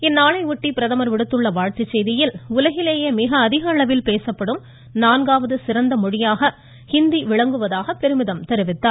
இந்நாளையொட்டி பிரதமர் விடுத்துள்ள வாழ்த்துச் செய்தியில் உலகிலேயே மிக அதிக அளவில் பேசப்படும் நான்காவது சிறந்த மொழியாக ஹீந்தி விளங்குகிறது என்று பெருமிதம் தெரிவித்தார்